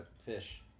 fish